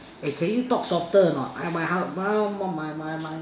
eh can you talk softer or not I my how my my my my